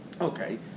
okay